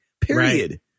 period